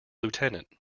lieutenant